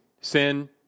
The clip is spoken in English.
Sin